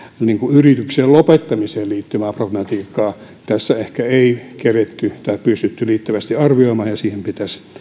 yrityksen lopettamiseen liittyvää problematiikkaa tässä ehkä ei keritty tai pystytty riittävästi arvioimaan ja siihen pitäisi